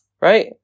Right